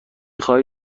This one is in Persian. خواهی